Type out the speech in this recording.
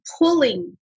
pulling